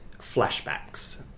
flashbacks